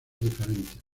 diferentes